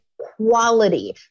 quality